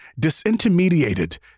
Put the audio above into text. disintermediated